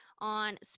on